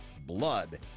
blood